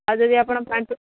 ଆଉ ଯଦି ଆପଣ ପାଞ୍ଚ